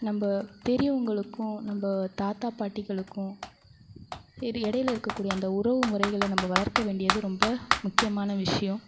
நம்ப பெரியவங்களுக்கும் நம்ப தாத்தா பாட்டிகளுக்கும் இது இடையில இருக்கக்கூடிய அந்த உறவுமுறைகளை நம்ப வளர்க்க வேண்டியது ரொம்ப முக்கியமான விஷயம்